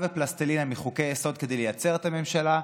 ופלסטלינה מחוקי-יסוד כדי לייצר את הממשלה,